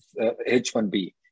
H1B